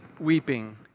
weeping